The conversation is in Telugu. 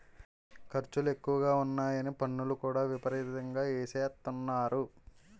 ఖర్చులు ఎక్కువగా ఉన్నాయని పన్నులు కూడా విపరీతంగా ఎసేత్తన్నారు